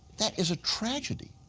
that is a tragedy,